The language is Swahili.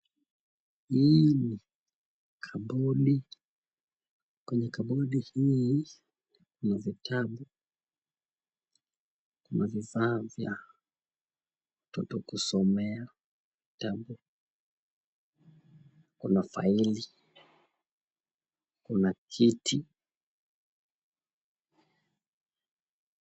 Hii ni kibodi, kwenye kibodi hii ni vitabu. Kuna vifaa vya watoto kusomea vitabu. Kuna faili, kuna kiti.